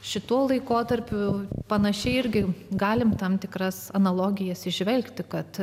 šituo laikotarpiu panašiai irgi galime tam tikras analogijas įžvelgti kad